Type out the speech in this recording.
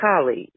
colleagues